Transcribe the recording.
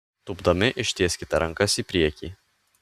tūpdami ištieskite rankas į priekį